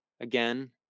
again